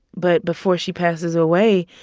but before she passes away,